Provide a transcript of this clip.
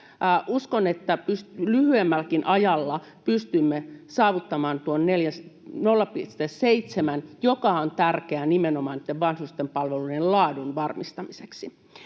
Uskon, että lyhyemmälläkin ajalla pystymme saavuttamaan tuon 0,7:n, joka on tärkeä nimenomaan vanhusten palveluiden laadun varmistamiseksi.